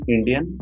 Indian